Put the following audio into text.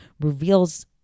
reveals